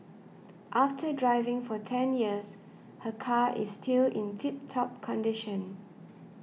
after driving for ten years her car is still in tip top condition